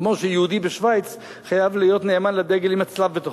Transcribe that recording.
כמו שיהודי בשווייץ חייב להיות נאמן לדגל עם הצלב בתוכו.